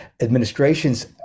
administrations